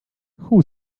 who